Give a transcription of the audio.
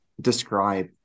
describe